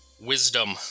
Wisdom